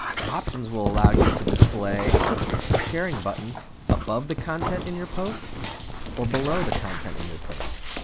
the options will allow you to display sharing buttons above the content in your post or below the content in your post.